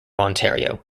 ontario